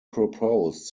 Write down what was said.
proposed